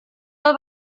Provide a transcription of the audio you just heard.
del